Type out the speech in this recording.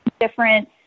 different